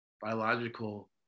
biological